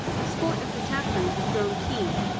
the sport of the tap-room had grown keen.